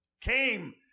came